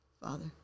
Father